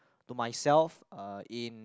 to myself uh in